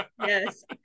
yes